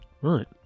Right